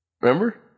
Remember